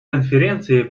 конференции